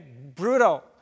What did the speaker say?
Brutal